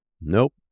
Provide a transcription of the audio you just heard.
Nope